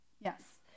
Yes